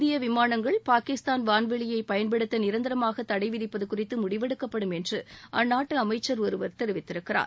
இந்திய விமானங்கள் பாகிஸ்தான் வான்வெளியை பயன்படுத்த நிரந்தரமாக தடை விதிப்பது குறித்து முடிவெடுக்கப்படும் என்று அந்நாட்டு அமைச்சர் ஒருவர் தெரிவித்திருக்கிறார்